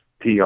PR